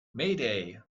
mayday